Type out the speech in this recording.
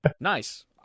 Nice